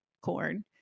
corn